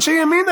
אנשי ימינה,